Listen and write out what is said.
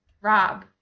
Rob